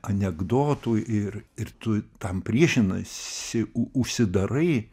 anekdotų ir ir tu tam priešinaisi užsidarai